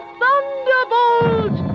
thunderbolt